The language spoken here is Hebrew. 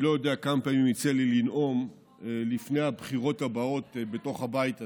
אני לא יודע כמה פעמים יצא לי לנאום לפני הבחירות הבאות בתוך הבית הזה,